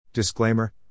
Disclaimer